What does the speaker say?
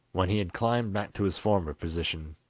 when he had climbed back to his former position,